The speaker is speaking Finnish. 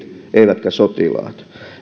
eivätkä sotilaat